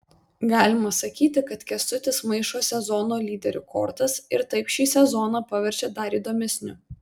galima sakyti kad kęstutis maišo sezono lyderių kortas ir taip šį sezoną paverčia dar įdomesniu